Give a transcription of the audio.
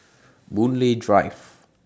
Boon Lay Drive